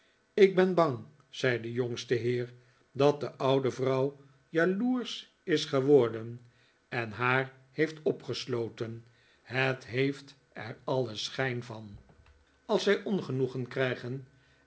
ik ben bang zei de jongste heer dat de oude vrouw jaloersch is geworden en haar heeft opgesloten het heeft er alien schijn van als zij ongenoegen krijgen